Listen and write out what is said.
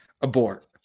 abort